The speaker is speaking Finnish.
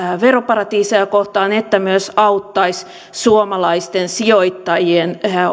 veroparatiiseja kohtaan että myös auttaisi suomalaisten sijoittajien